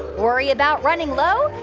worried about running low?